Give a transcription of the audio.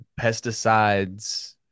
pesticides